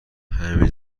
همین